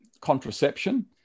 contraception